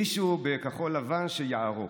מישהו בכחול לבן שיערוק.